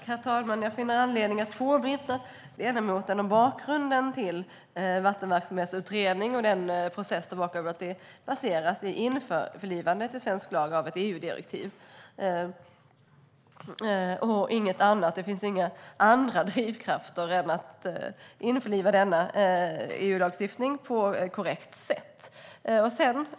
Herr talman! Jag finner anledning att påminna ledamoten om bakgrunden till Vattenverksamhetsutredningen och att processen baseras på införlivandet i svensk lag av ett EU-direktiv - inget annat. Det finns inga andra drivkrafter än att införliva denna EU-lagstiftning på ett korrekt sätt.